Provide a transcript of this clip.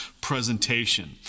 presentation